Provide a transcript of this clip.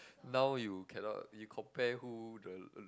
now you cannot you compare who the